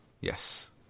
Yes